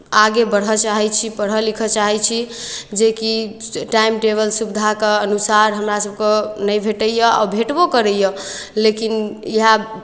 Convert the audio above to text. आगे बढ़य चाहै छी पढ़य लिखय चाहैत छी जेकि टाइम टेबल सुविधाके अनुसार हमरासभकेँ नहि भेटैए आ भेटबो करैए लेकिन इएह